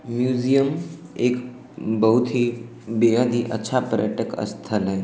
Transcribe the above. museum एक बहुत ही बेहद ही अच्छा पर्यटक स्थल है